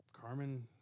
Carmen